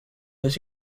that